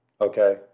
Okay